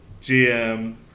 GM